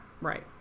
Right